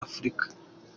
afurika